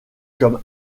comme